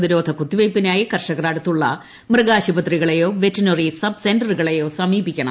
പ്രതിരോധ കുത്തിവയ്പിനായി കർഷകർ അടുത്തുള്ള മൃഗാശുപത്രികളെയോ വെറ്ററിനറി സബ്സെന്റുകളെയോ സമീപിക്കണം